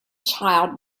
child